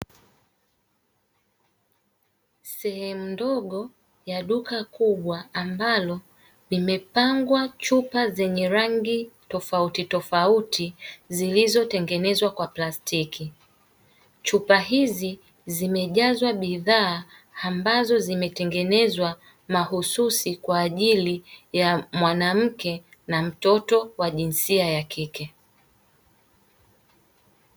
Sehemu ndogo ya duka kubwa ambalo limepangwa chupa zenye rangi tofautitofauti zilizotengenezwa kwa plastiki, chupa hizi zimejazwa bidhaa ambazo zimetengenezwa mahususi kwa ajili ya mwanamke na mtoto wa jinsia ya kike.